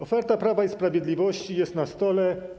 Oferta Prawa i Sprawiedliwości jest na stole.